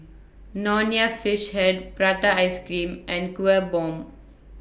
Nonya Fish Head Prata Ice Cream and Kueh Bom